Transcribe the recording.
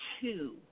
two